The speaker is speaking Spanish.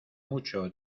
mucho